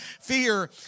Fear